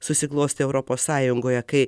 susiklostė europos sąjungoje kai